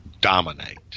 dominate